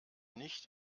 nicht